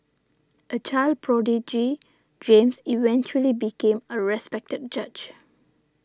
a child prodigy James eventually became a respected judge